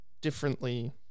differently